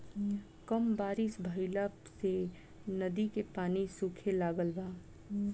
कम बारिश भईला से नदी के पानी सूखे लागल बा